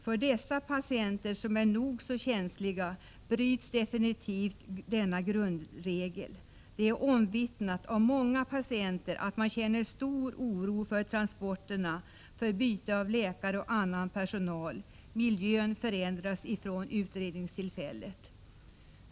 För dessa patienter som är nog så känsliga bryts absolut denna grundregel. Det är omvittnat av många patienter att man känner stor oro för transporterna, för byte av läkare och annan personal. Miljön förändras ifrån utredningstillfället.